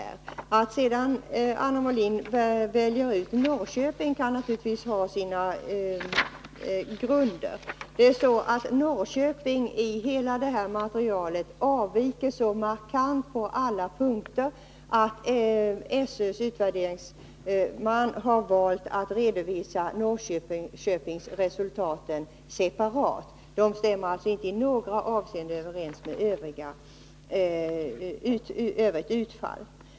Att Anna Wohlin-Andersson väljer ut Norrköping kan naturligtvis ha sina grunder. Det är så att Norrköping i det här materialet avviker så markant på alla punkter, att SÖ:s utvärderingsman valt att redovisa Norrköpingsresultaten separat. Dessa stämmer alltså inte i något avseende överens med det övriga utfallet.